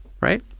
Right